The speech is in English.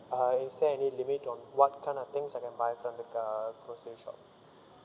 uh is there any limit on what kind of things I can buy from the uh grocery shop